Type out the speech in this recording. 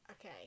Okay